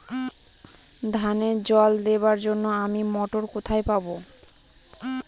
ধানে জল দেবার জন্য আমি মটর কোথায় পাবো?